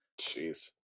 Jeez